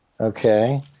Okay